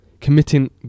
committing